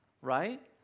right